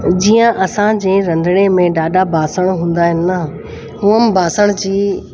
जीअं असांजे रंधिणे में ॾाढा बासण हूंदा आहिनि न उहे बासण जी